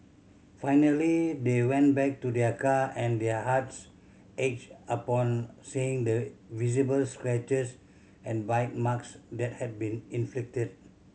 finally they went back to their car and their hearts ached upon seeing the visible scratches and bite marks that had been inflicted